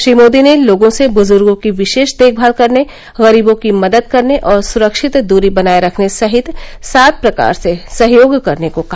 श्री मोदी ने लोगों से बुजुर्गों की विशेष देखभाल करने गरीबों की मदद करने और सुरक्षित दूरी बनाये रखने सहित सात प्रकार से सहयोग करने को कहा